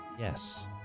Yes